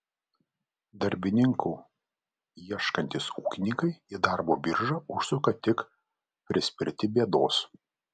darbininkų ieškantys ūkininkai į darbo biržą užsuka tik prispirti bėdos